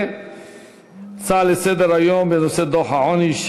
הצעות לסדר-היום היום בנושא דוח העוני,